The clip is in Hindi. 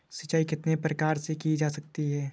सिंचाई कितने प्रकार से की जा सकती है?